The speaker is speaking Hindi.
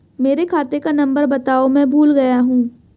मेरे खाते का नंबर बताओ मैं भूल गया हूं